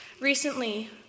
Recently